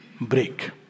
break